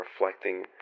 reflecting